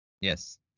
yes